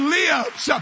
lives